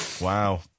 Wow